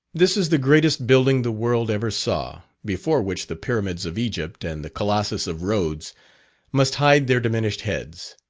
this is the greatest building the world ever saw, before which the pyramids of egypt, and the colossus of rhodes must hide their diminished heads.